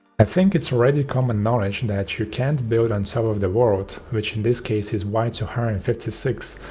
i think it's already common knowledge and that you can't build on top so of the world, which in this case is y two hundred and fifty six,